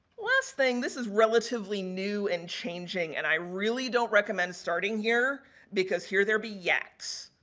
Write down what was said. last thing, this is relatively new and changing and i really don't recommend starting here because here there'll be yaks.